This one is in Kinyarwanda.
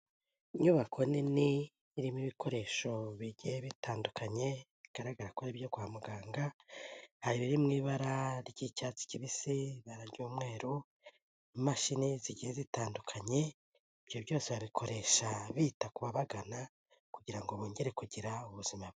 Inyubako nini irimo ibikoresho bijye bitandukanye bigaragara ko ari ibyo kwa muganga, hari ibiri mu ibara ry'icyatsi kibisi, ibara ry'umweru, imashini zigiye zitandukanye, ibyo byose babikoresha bita ku babagana kugirango ngo bongere kugira ubuzima.